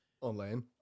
online